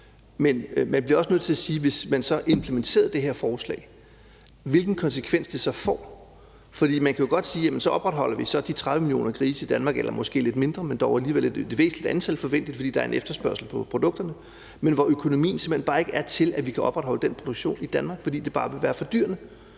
får, hvis man implementerede det her forslag. For man kan jo godt sige, at så opretholder vi de 30 millioner grise i Danmark, eller måske lidt mindre, men forventeligt dog alligevel et væsentligt antal, fordi der er en efterspørgsel på produkterne, men økonomien er simpelt hen bare ikke til, at vi kan opretholde den produktion i Danmark, fordi det bare vil være fordyrende,